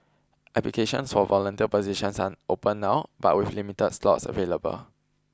applications for volunteer positions are open now but with limited slots available